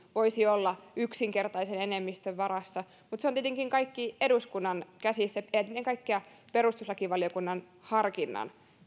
voisi olla yksinkertaisen enemmistön varassa mutta se kaikki on tietenkin eduskunnan käsissä ennen kaikkea perustuslakivaliokunnan harkinnassa